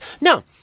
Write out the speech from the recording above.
no